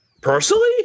personally